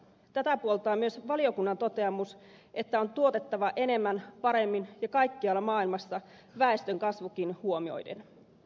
tätä puoltaa myös valiokunnan toteamus että on tuotettava enemmän paremmin ja kaikkialla maailmassa väestönkasvukin huomioiden